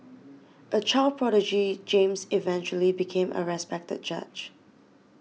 a child prodigy James eventually became a respected judge